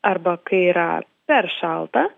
arba kai yra per šalta